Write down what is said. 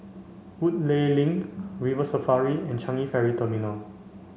Woodleigh Link River Safari and Changi Ferry Terminal